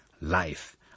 life